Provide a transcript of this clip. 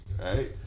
Right